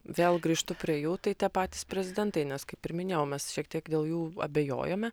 vėl grįžtu prie jų tai tie patys prezidentai nes kaip ir minėjau mes šiek tiek dėl jų abejojome